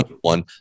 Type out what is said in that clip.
one